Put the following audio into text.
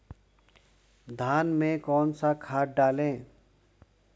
धान में कौन सा खाद डालें?